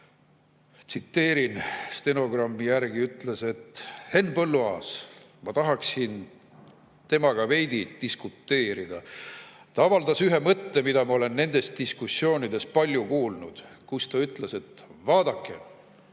[toimetatud] stenogrammi järgi – ütles, et "Henn Põlluaasaga ma tahaksin veel veidi diskuteerida. Ta avaldas ühe mõtte, mida ma olen nendes diskussioonides palju kuulnud: ta ütles, et kaks